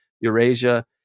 Eurasia